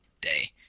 day